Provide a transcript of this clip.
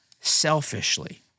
selfishly